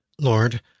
Lord